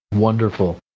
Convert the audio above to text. Wonderful